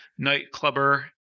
nightclubber